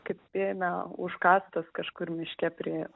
kaip spėjame užkastas kažkur miške prie